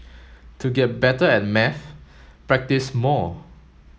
to get better at maths practise more